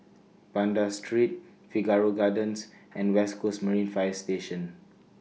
Banda Street Figaro Gardens and West Coast Marine Fire Station